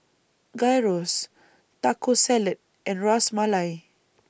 Gyros Taco Salad and Ras Malai